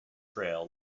trail